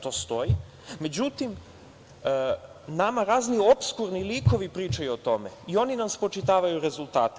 To stoji, međutim nama razni opskurni likovi pričaju o tome i oni nam spočitavaju rezultate.